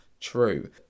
true